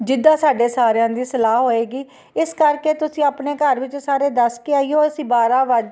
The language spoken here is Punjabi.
ਜਿੱਦਾਂ ਸਾਡੇ ਸਾਰਿਆਂ ਦੀ ਸਲਾਹ ਹੋਏਗੀ ਇਸ ਕਰਕੇ ਤੁਸੀਂ ਆਪਣੇ ਘਰ ਵਿੱਚ ਸਾਰੇ ਦੱਸ ਕੇ ਆਇਓ ਅਸੀਂ ਬਾਰ੍ਹਾਂ ਵੱਜ